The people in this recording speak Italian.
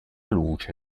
luce